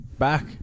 back